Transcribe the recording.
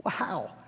wow